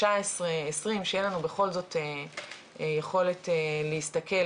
השנה רצו להעביר את ברירת המחדל לשליחת חשבוניות לדיגיטל,